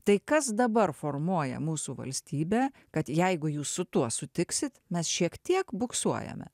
tai kas dabar formuoja mūsų valstybę kad jeigu jūs su tuo sutiksit mes šiek tiek buksuojame